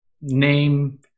name